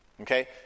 okay